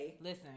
Listen